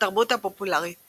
בתרבות הפופולרית